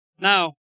Now